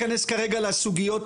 יש את